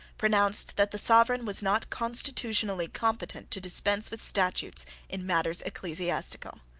pronounced that the sovereign was not constitutionally competent to dispense with statutes in matters ecclesiastical.